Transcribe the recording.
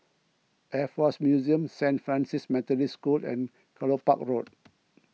Air force Museum Saint Francis Methodist School and Kelopak Road